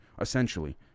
essentially